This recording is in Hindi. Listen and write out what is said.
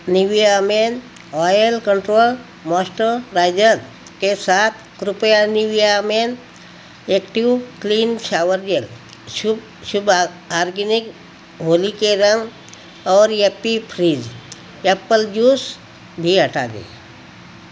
Nivea men oil control moisturiser के साथ कृपया Nivea men active clean shower gel शुभ शुभ आ आर्गेनिक होली के रंग और येप्पी फ्रीज़ एप्पल जूस भी हटा दें